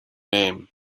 name